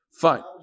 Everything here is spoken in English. Fine